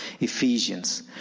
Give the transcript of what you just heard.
Ephesians